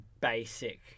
basic